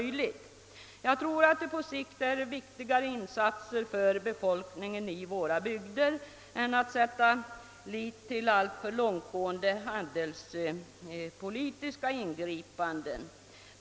Jag tror att det på sikt är viktigare insatser för befolkningen inom våra bygder än att sätta sin lit till alltför långtgående handelspolitiska ingripanden.